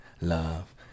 love